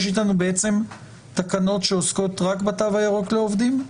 יש איתנו תקנות שעוסקות רק בתו הירוק לעובדים?